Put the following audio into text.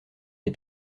des